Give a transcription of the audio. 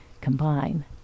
combine